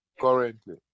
Currently